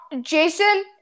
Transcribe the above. Jason